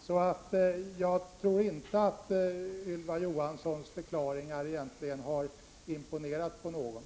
Jag tror alltså inte att Ylva Johanssons förklaringar imponerar på någon.